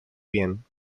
bien